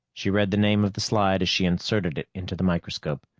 she read the name of the slide as she inserted it into the microscope.